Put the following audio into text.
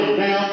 now